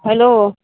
hello